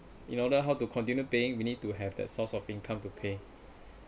in order how to continue paying we need to have that source of income to pay